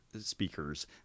speakers